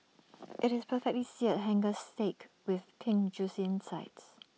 IT is perfectly Seared Hanger Steak with pink Juicy insides